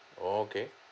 okay